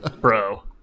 Bro